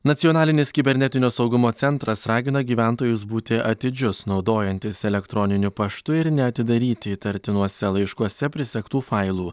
nacionalinis kibernetinio saugumo centras ragina gyventojus būti atidžius naudojantis elektroniniu paštu ir neatidaryti įtartinuose laiškuose prisegtų failų